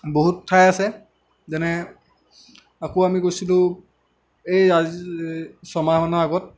বহুত ঠাই আছে যেনে আকৌ আমি গৈছিলোঁ এই আজি ছয়মাহমানৰ আগত